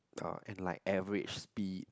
uh and like average speed